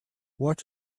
watch